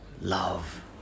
love